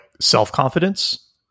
self-confidence